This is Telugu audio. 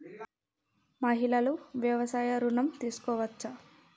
మహిళలు వ్యవసాయ ఋణం తీసుకోవచ్చా?